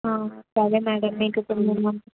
సరే మేడమ్ మీకు ఇప్పుడు